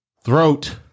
Throat